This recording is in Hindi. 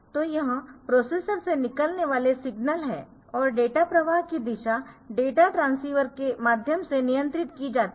तो यह प्रोसेसर से निकलने वाले सिग्नल है और डेटा प्रवाह की दिशा डेटा ट्रांसीवर के माध्यम से नियंत्रित की जाती है